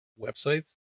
websites